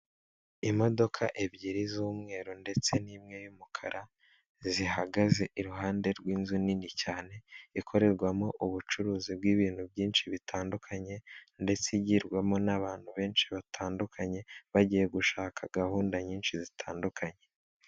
Imodoka ebyiri z'umweru ndetse ni'imwe y'umukara, zihagaze iruhande rw'inzu nini cyane ikorerwamo ubucuruzi bw'ibintu byinshi bitandukanye, ndetse igirwamo n'abantu benshi batandukanye bagiye gushaka gahunda nyinshi zitandukanye.